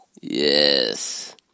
Yes